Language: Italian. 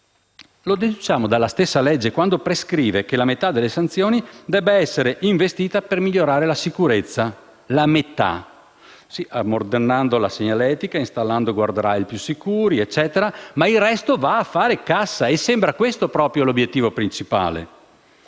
Lo deduciamo dalla stessa legge quando prescrive che la metà delle sanzioni debba essere investita per migliorare la sicurezza - sottolineo: la metà - ammodernando la segnaletica, installando *guard rail* più sicuri e quant'altro ma il resto va a fare cassa e sembra proprio questo l'obiettivo principale.